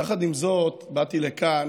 יחד עם זאת, באתי לכאן,